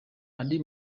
andi